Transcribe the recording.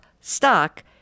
stock